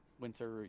winter